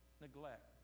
neglect